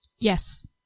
Yes